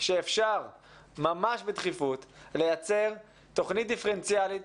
שאפשר ממש בדחיפות לייצר תוכנית דיפרנציאלית